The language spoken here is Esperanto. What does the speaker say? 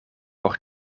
por